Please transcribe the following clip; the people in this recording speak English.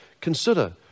Consider